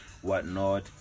whatnot